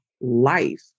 life